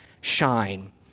shine